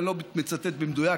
אני לא מצטט במדויק,